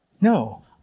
no